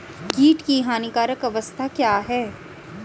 कीट की हानिकारक अवस्था क्या है?